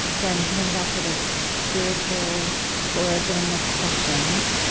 again, coming back to this spiritual origin of questions,